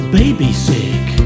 babysick